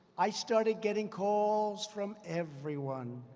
i started getting calls from everyone.